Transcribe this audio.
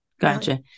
Gotcha